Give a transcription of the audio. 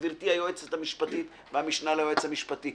גברתי היועצת המשפטית והמשנה ליועץ המשפטי לכנסת.